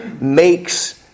makes